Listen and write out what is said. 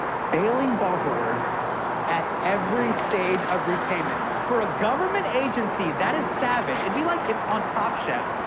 failing borrowers at every stage of repayment. for a government agency, that is savage. it'd be like if on top chef,